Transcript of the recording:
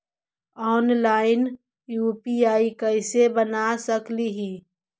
Online UPI कैसे बना सकली ही?